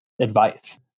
advice